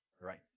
right